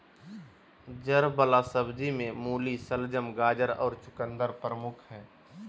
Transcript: जड़ वला सब्जि में मूली, शलगम, गाजर और चकुंदर प्रमुख हइ